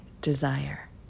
desire